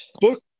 book